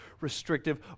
restrictive